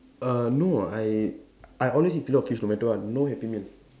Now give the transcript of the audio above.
err no I I always eat filet O fish no matter what no happy meal